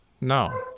No